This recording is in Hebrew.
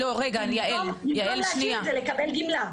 במקום להשאיר ולקבל גמלה.